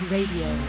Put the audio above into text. Radio